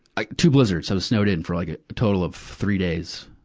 i two blizzards. i was snowed in for like a total of three days.